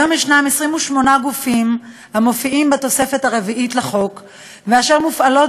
היום מופיעים בתוספת הרביעית לחוק 28 גופים אשר מופעלות